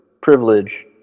privilege